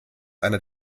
einer